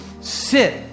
sit